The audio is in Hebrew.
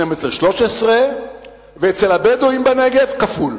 12%, 13%, ואצל הבדואים בנגב יש כפול.